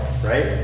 right